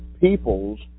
peoples